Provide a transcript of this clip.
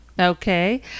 okay